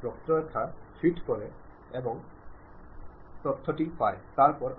ഉദാഹരണത്തിന് ഒരു പൊതു